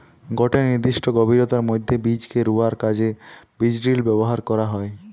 গটে নির্দিষ্ট গভীরতার মধ্যে বীজকে রুয়ার কাজে বীজড্রিল ব্যবহার করা হয়